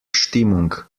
stimmung